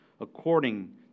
According